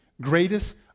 greatest